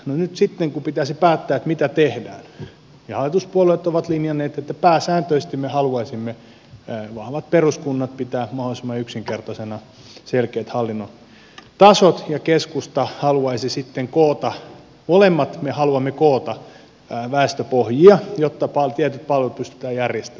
nyt sitten kun pitäisi päättää mitä tehdään hallituspuolueet ovat linjanneet että pääsääntöisesti me haluaisimme vahvat peruskunnat pitää mahdollisimman yksinkertaisina selkeät hallinnon tasot ja keskusta haluaisi sitten koota molemmat me haluamme koota väestöpohjia jotta tietyt palvelut pystytään järjestämään